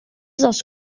dels